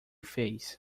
fez